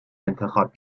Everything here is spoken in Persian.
انتخاب